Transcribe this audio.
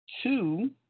Two